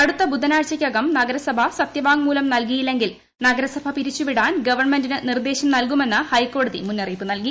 അടുത്ത ബുധനാഴ്ചക്കകം നഗരസഭ സത്യവാങ്മൂലം നൽകിയില്ലെങ്കിൽ നഗരസഭ പിരിച്ചുവിടാൻ ഗവൺമെന്റിന് നിർദ്ദേശം നൽകുമെന്ന് ഹൈക്കോടതി മുന്നറിയിപ്പ് നൽകി